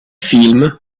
film